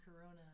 corona